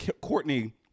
Courtney